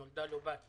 שנולדה לו בת,